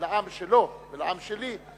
לעם שלו או לעם שלי,